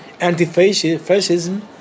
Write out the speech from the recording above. anti-fascism